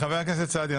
חבר הכנסת סעדי,